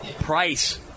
Price